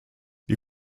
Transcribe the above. wir